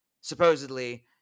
supposedly